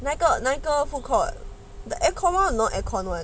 哪一个哪一个 food court the aircon [one] or no aircon [one]